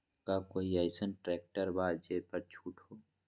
का कोइ अईसन ट्रैक्टर बा जे पर छूट हो?